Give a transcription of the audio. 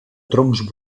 troncs